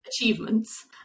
achievements